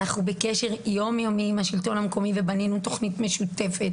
אנחנו בקשר יום יומי עם השלטון המקומי ובנינו תכנית משותפת.